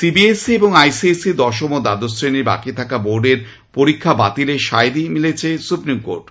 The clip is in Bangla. সিবিএসই এবং আইএসসিই র দশম ও দ্বাদশ শ্রেণীর বাকি খাকা বোর্ড এর পরীক্ষা বাতিলের সায় দিয়েছে সুপ্রিম কোর্ট